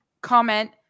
comment